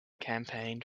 campaigned